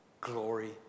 glory